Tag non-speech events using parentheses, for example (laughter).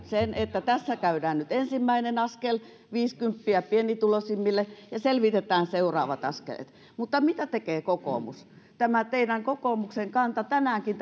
sen että tässä käydään nyt ensimmäinen askel viisikymppiä pienituloisimmille ja selvitetään seuraavat askeleet mutta mitä tekee kokoomus tämä teidän kokoomuksen kanta tänäänkin (unintelligible)